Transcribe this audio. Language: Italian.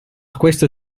questo